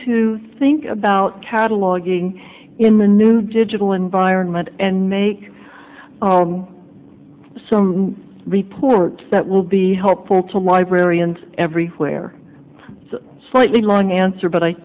to think about cataloguing in the new digital environment and make some report that will be helpful to librarians everywhere slightly long answer but i